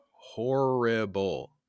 horrible